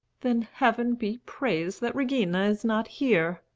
then heaven be praised that regina is not here.